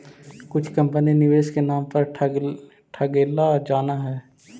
कुछ कंपनी निवेश के नाम पर ठगेला जानऽ हइ